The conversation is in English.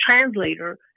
translator